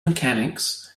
mechanics